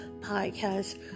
podcast